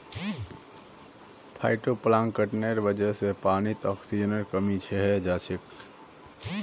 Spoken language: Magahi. फाइटोप्लांकटनेर वजह से पानीत ऑक्सीजनेर कमी हैं जाछेक